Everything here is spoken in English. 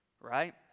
right